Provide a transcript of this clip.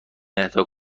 اهدا